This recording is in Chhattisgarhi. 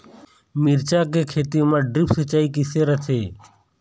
मिरचा के खेती म ड्रिप सिचाई किसे रथे?